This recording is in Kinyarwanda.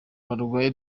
barwaye